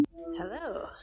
hello